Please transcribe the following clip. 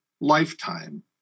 lifetime